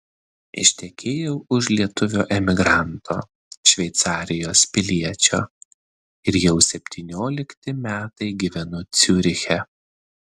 ištekėjau už lietuvio emigranto šveicarijos piliečio ir jau septyniolikti metai gyvenu ciuriche